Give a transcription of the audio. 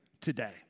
today